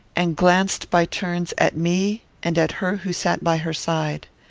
and glanced by turns at me and at her who sat by her side.